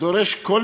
דורש היתרי בנייה,